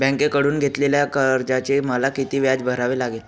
बँकेकडून घेतलेल्या कर्जाचे मला किती व्याज भरावे लागेल?